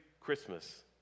Christmas